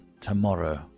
tomorrow